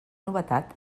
novetat